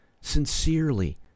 sincerely